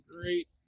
great